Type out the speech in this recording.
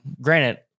Granted